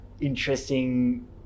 interesting